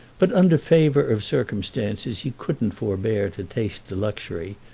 but, under favour of circumstances, he couldn't forbear to taste the luxury,